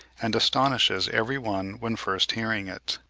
and astonishes every one when first hearing it.